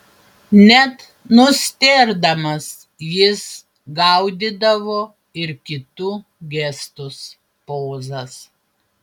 net nustėrdamas jis gaudydavo ir kitų gestus pozas